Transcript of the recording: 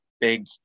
big